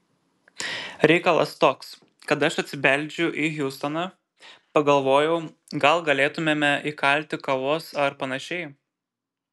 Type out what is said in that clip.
reikalas toks kad aš atsibeldžiu į hjustoną pagalvojau gal galėtumėme įkalti kavos ar panašiai